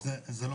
דבר